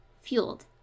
fueled